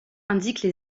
indique